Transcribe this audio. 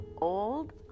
old